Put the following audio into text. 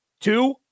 Two